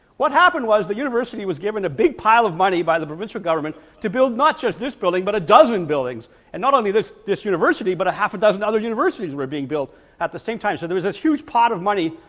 what happened was the university was given a big pile of money by the provincial government to build not just this building but a dozen buildings and not only this this university but a half a dozen other universities were being built at the same time. so there was a huge pot of money,